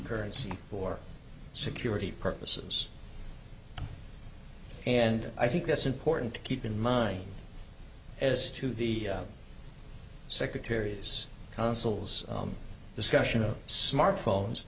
currency for security purposes and i think that's important to keep in mind as to the secretary's consuls discussion of smartphones